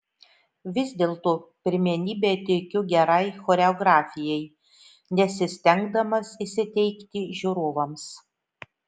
vis dėlto pirmenybę teikiu gerai choreografijai nesistengdamas įsiteikti žiūrovams